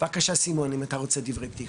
בבקשה, סימון, דברי פתיחה.